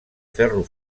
ferro